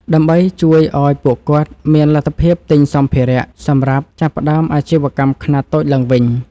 ដើម្បីជួយឱ្យពួកគាត់មានលទ្ធភាពទិញសម្ភារៈសម្រាប់ចាប់ផ្ដើមអាជីវកម្មខ្នាតតូចឡើងវិញ។